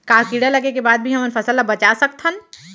का कीड़ा लगे के बाद भी हमन फसल ल बचा सकथन?